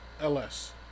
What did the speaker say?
LS